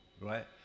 right